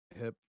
hip